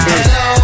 Hello